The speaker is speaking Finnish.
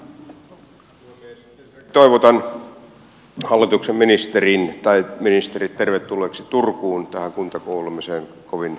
toivotan hallituksen ministerit tervetulleeksi turkuun tähän kuntakuulemiseen kovin lämpimästi